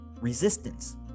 resistance